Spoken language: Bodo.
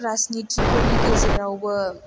राजनिथिफोरनि गेजेरावबो